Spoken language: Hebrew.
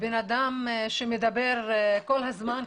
בן אדם שמדבר כל הזמן,